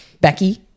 Becky